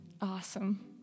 awesome